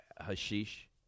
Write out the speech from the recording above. hashish